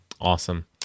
Awesome